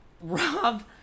rob